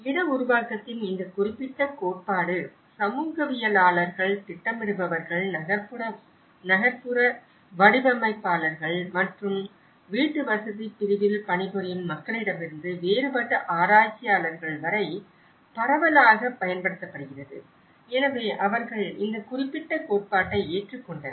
இட உருவாக்கத்தின் இந்த குறிப்பிட்ட கோட்பாடு சமூகவியலாளர்கள் திட்டமிடுபவர்கள் நகர்ப்புற வடிவமைப்பாளர்கள் மற்றும் வீட்டுவசதி பிரிவில் பணிபுரியும் மக்களிடமிருந்து வேறுபட்ட ஆராய்ச்சியாளர்கள் வரை பரவலாகப் பயன்படுத்தப்படுகிறது எனவே அவர்கள் இந்த குறிப்பிட்ட கோட்பாட்டை ஏற்றுக்கொண்டனர்